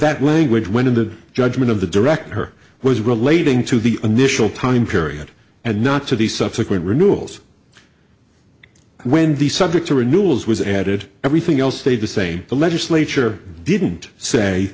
that language when in the judgment of the director was relating to the initial time period and not to the subsequent renewals when the subject to renewals was added everything else stayed the same the legislature didn't say